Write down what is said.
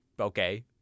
okay